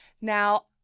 Now